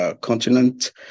continent